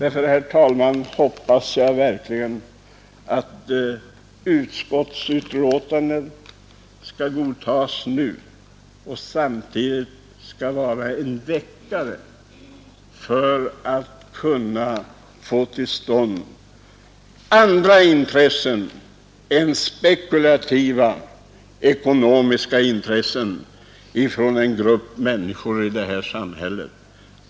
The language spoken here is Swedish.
Därför, herr talman, hoppas jag verkligen att detta betänkande skall bifallas och kunna fungera som en väckare när det gäller att tillgodose andra intressen än spekulativa ekonomiska intressen från en grupp människor i det här samhället.